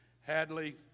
Hadley